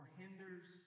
hinders